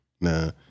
Nah